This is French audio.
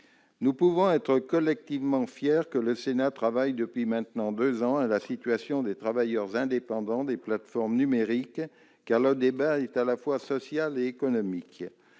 Nous pouvons être collectivement fiers que le Sénat travaille, depuis maintenant deux ans, sur la situation des travailleurs indépendants des plateformes numériques, car le débat est à la fois social et économique